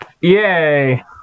Yay